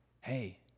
Hey